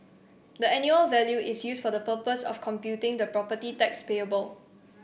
the annual value is used for the purpose of computing the property tax payable